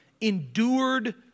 endured